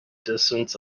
distance